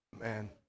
man